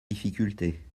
difficultés